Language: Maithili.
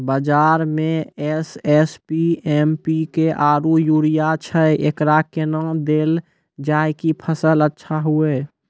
बाजार मे एस.एस.पी, एम.पी.के आरु यूरिया छैय, एकरा कैना देलल जाय कि फसल अच्छा हुये?